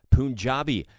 Punjabi